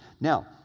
Now